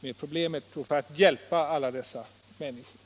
med problemet och för att hjälpa alla dessa människor.